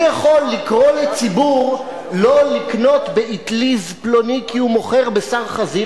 אני יכול לקרוא לציבור שלא לקנות באטליז פלוני כי הוא מוכר בשר חזיר.